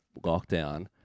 lockdown